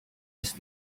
ist